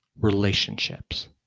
Relationships